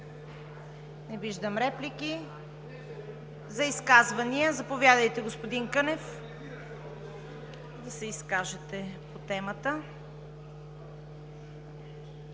Не виждам. Изказвания? Заповядайте, господин Кънев, да се изкажете по темата.